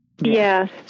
Yes